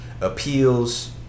appeals